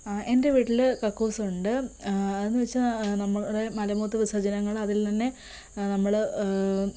എൻ്റെ വീട്ടിൽ കക്കൂസുണ്ട് അതെന്ന് വെച്ചാൽ നമ്മുടെ മലമൂത്ര വിസർജ്ജനങ്ങൾ അതിൽനിന്നുതന്നെ നമ്മൾ